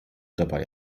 dabei